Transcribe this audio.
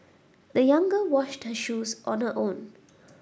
the young girl washed her shoes on her own